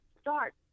start